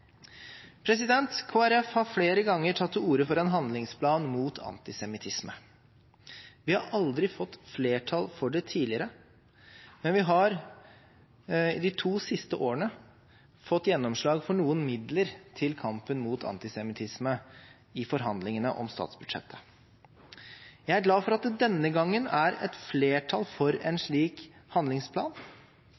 Kristelig Folkeparti har flere ganger tatt til orde for en handlingsplan mot antisemittisme. Vi har aldri fått flertall for det tidligere, men vi har i de to siste årene fått gjennomslag for noen midler til kampen mot antisemittisme i forhandlingene om statsbudsjettet. Jeg er glad for at det denne gangen er et flertall for en slik handlingsplan,